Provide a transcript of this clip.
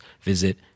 visit